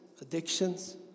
addictions